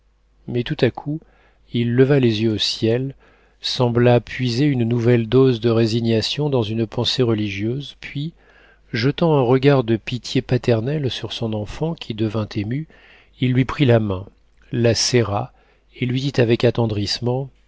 mais tout à coup il leva les yeux au ciel sembla puiser une nouvelle dose de résignation dans une pensée religieuse puis jetant un regard de pitié paternelle sur son enfant qui devint émue il lui prit la main la serra et lui dit avec attendrissement